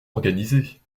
organisées